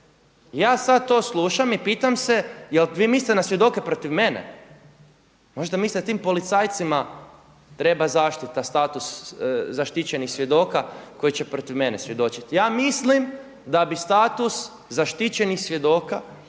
Ja sada to slušam i pitam se jel vi mislite na svjedoke protiv mene? Možda mislite da tim policajcima treba zaštita, status zaštićenih svjedoka koji će protiv mene svjedočiti. Ja mislim da bi status zaštićenih svjedoka